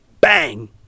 BANG